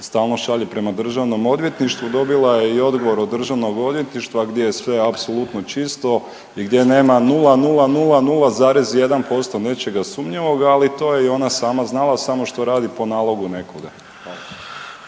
stalno šalje prema državnom odvjetništvu dobila je i odgovor od državnog odvjetništva gdje je sve apsolutno čisto i gdje nema 0000,1% nečega sumnjivog, ali to je i ona sama znala samo što radi po nalogu nekoga.